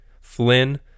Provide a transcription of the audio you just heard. Flynn